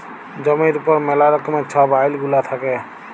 জমির উপর ম্যালা রকমের ছব আইল গুলা থ্যাকে